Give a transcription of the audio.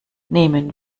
nehmen